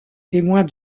témoins